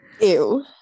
Ew